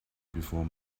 before